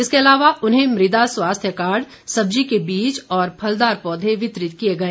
इसके अलावा उन्हें मृदा स्वास्थ्य कार्ड सब्जी के बीज और फलदार पौधे वितरित किए गए